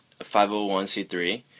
501c3